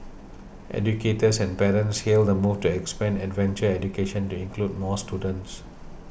educators and parents hailed the move to expand adventure education to include more students